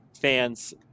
fans